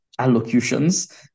allocutions